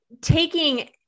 taking